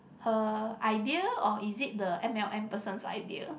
her idea or is it the M_L_M person's idea